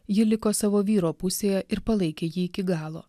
ji liko savo vyro pusėje ir palaikė jį iki galo